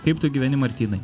kaip tu gyveni martynai